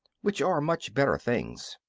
which are much better things.